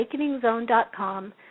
awakeningzone.com